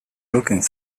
looking